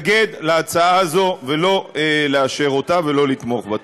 להתנגד להצעה הזאת, ולא לאשר אותה ולא לתמוך בה.